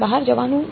બહાર જવાનું છે